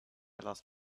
lost